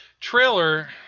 Trailer